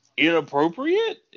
inappropriate